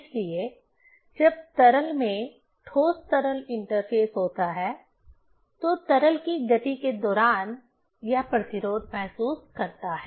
इसलिए जब तरल में ठोस तरल इंटरफ़ेस होता है तो तरल की गति के दौरान यह प्रतिरोध महसूस करता है